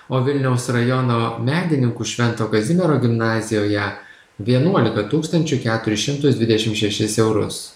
o vilniaus rajono medininkų švento kazimiero gimnazijoje vienuolika tūkstančių keturis šimtus dvidešim šešis eurus